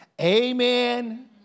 Amen